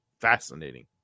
fascinating